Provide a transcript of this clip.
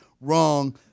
Wrong